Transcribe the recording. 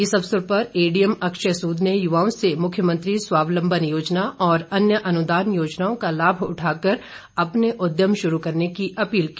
इस अवसर पर एडीएम अक्षय सूद ने युवाओं से मुख्यमंत्री स्वावलम्बन योजना और अन्य अनुदान योजनाओं का लाभ उठाकर अपने उद्यम शुरू करने की अपील की